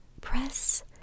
Press